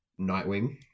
nightwing